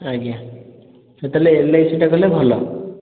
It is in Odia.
ଆଜ୍ଞା ସାର୍ ତାହାଲେ ଏଲ୍ ଆଇ ସି ଟା କଲେ ଭଲ